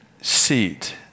seat